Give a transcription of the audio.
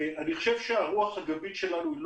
אני חושב שהרוח הגבית שלנו לא